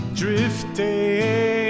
drifting